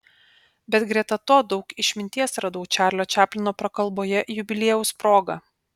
bet greta to daug išminties radau čarlio čaplino prakalboje jubiliejaus proga